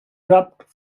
dropped